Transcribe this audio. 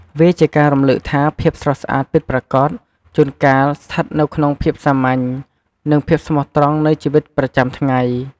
វាជាការរំលឹកថាភាពស្រស់ស្អាតពិតប្រាកដ ជួនកាលស្ថិតនៅក្នុងភាពសាមញ្ញ និងភាពស្មោះត្រង់នៃជីវិតប្រចាំថ្ងៃ។